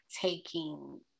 taking